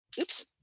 Oops